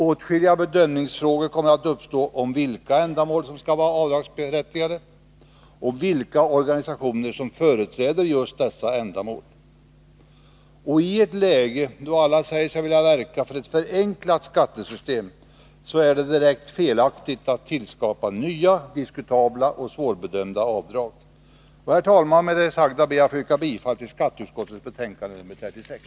Åtskilliga bedömningsfrågor kommer att uppstå, t.ex. vilka ändamål som skall vara avdragsberättigade och vilka organisationer som företräder dessa ändamål. I ett läge då alla säger sig vilja verka för ett förenklat skattesystem, är det direkt felaktigt att tillskapa nya, diskutabla och svårbedömda avdrag. Herr talman! Med det sagda ber jag att få yrka bifall till hemställan i skatteutskottets betänkande nr 36.